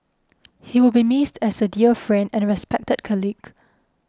he will be missed as a dear friend and respected colleague